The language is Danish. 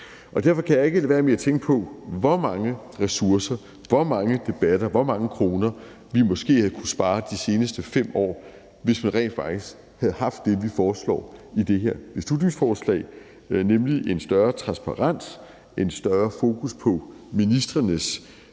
Derfor kan jeg ikke lade være med at tænke på, hvor mange ressourcer, hvor mange debatter, hvor mange kroner, vi måske havde kunnet spare de seneste 5 år, hvis vi rent faktisk havde haft det, vi foreslår i det her beslutningsforslag, nemlig en større transparens, og et større fokus på ministerens